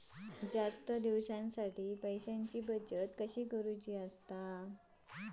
जास्त दिवसांसाठी पैशांची बचत कशी करायची?